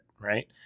right